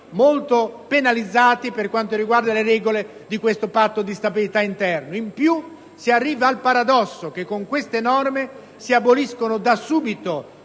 molto penalizzati per quanto riguarda le regole di questo Patto di stabilità interno. In più si arriva al paradosso che con queste norme si aboliscono da subito